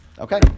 Okay